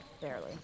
Barely